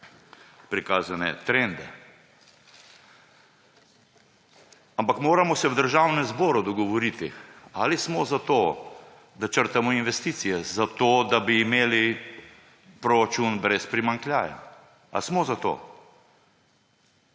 prikazane trende. Ampak moramo se v Državnem zboru dogovoriti, ali smo za to, da črtamo investicije, da bi imeli proračun brez primanjkljaja. Ali smo za to?